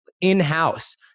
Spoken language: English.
In-house